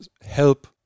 help